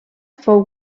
fou